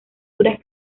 duras